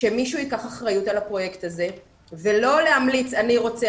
שמישהו ייקח אחריות על הפרויקט הזה ולא להמליץ 'אני רוצה,